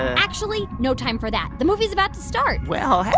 actually, no time for that. the movie's about to start well. oh,